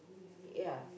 yeah